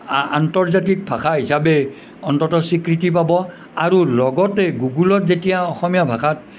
আন্তৰ্জাতিক ভাষা হিচাপে অন্তত স্বীকৃতি পাব আৰু লগতে গুগুলত যেতিয়া অসমীয়া ভাষাত